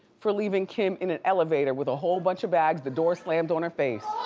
for leaving kim in an elevator with a whole bunch of bags, the door slammed on her face.